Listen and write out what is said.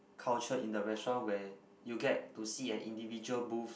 culture in the restaurant where you get to see an individual booth